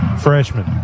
freshman